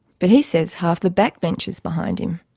but he says half the backbench is behind him.